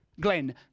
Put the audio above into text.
Glenn